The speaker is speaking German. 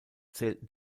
zählten